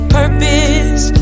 purpose